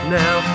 now